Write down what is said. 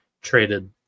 traded